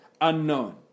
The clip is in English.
unknown